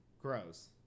Gross